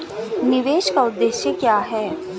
निवेश का उद्देश्य क्या है?